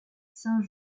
saint